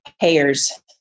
payers